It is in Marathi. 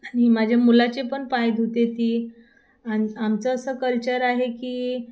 आणि माझ्या मुलाचे पण पाय धुते ती आणि आमचं असं कल्चर आहे की